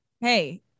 hey